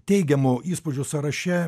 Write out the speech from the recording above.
teigiamo įspūdžių sąraše